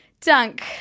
Dunk